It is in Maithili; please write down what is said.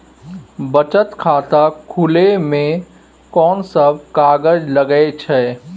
बचत खाता खुले मे कोन सब कागज लागे छै?